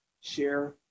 share